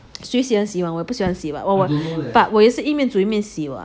谁喜欢洗碗我也不喜欢 what but 我也是一面煮一面洗 [what]